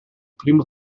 primo